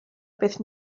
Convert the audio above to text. beth